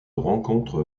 rencontre